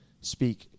speak